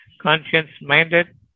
conscience-minded